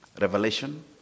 revelation